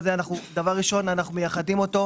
דבר ראשון, אנחנו מייחדים את הסעיף,